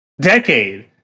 decade